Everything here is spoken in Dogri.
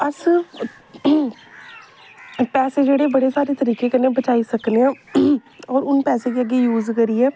अस पैसे जेह्डे़ बडे़ सारे तरीके कन्नै बचाई सकने आं होर उ'नें पैसें गी अग्गें यूज़ करियै